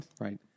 Right